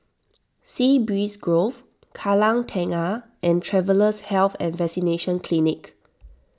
Sea Breeze Grove Kallang Tengah and Travellers' Health and Vaccination Clinic